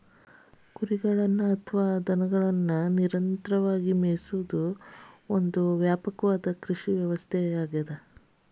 ಕುರಿಗಳು ಅಥವಾ ದನಗಳಿಂದ ನಿರಂತರ ಮೇಯಿಸುವುದು ಒಂದು ವ್ಯಾಪಕವಾದ ಕೃಷಿ ವ್ಯವಸ್ಥೆಯಾಗಿದೆ